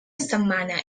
setmana